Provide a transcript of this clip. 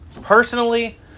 personally